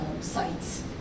sites